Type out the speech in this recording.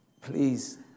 please